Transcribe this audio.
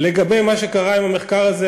לגבי מה שקרה עם המחקר הזה,